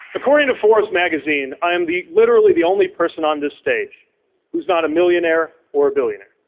according to forbes magazine, i am the literally the only person on the stage who's not a millionaire or a billionaire.